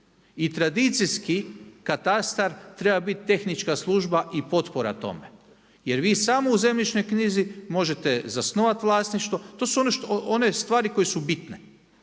I tradicijski katastar treba biti tehnička služba i potpora tome, jer vi samo u zemljišnoj knjizi možete zasnovati vlasništvo, to su one stvari koje su bitne.